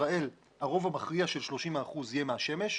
בישראל הרוב המכריע של 30 האחוזים יהיה מהשמש.